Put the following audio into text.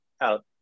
out